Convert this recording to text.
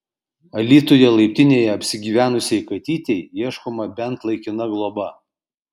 alytuje laiptinėje apsigyvenusiai katytei ieškoma bent laikina globa